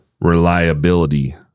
reliability